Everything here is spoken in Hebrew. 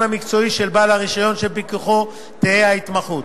המקצועי של בעל הרשיון שבפיקוחו תהא ההתמחות,